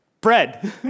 Bread